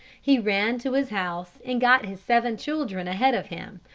he ran to his house and got his seven children ahead of him,